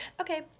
Okay